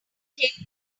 take